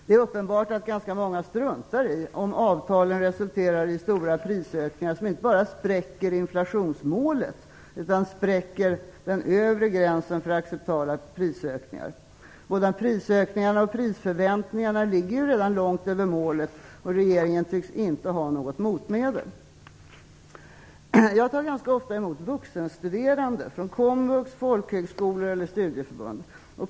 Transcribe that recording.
Det är uppenbart att ganska många struntar i om avtalen resulterar i stora prisökningar som inte bara spräcker inflationsmålet utan också spräcker den övre gränsen för acceptabla prisökningar. Både prisökningarna och prisförväntningarna ligger ju redan långt över målet, och regeringen tycks inte ha något motmedel. Jag tar ganska ofta emot vuxenstuderande från komvux, folkhögskolor eller studieförbund.